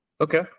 Okay